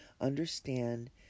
understand